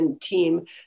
team